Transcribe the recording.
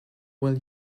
will